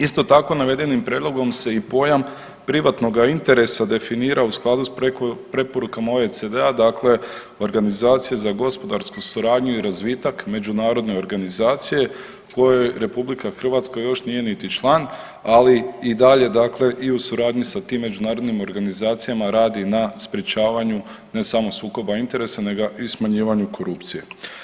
Isto tako navedenim prijedlogom se i pojam privatnoga interesa definira u skladu s preporukama OECD-a dakle Organizacije za gospodarsku suradnju i razvitak međunarodne organizacije koje RH još nije niti član, ali i dalje i u suradnji sa tim međunarodnim organizacijama radi na sprječavanju ne samo sukoba interesa nego i smanjivanju korupcije.